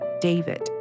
David